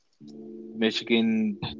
Michigan